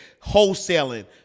wholesaling